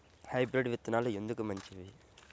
Hybrid విత్తనాలు ఎందుకు మంచివి?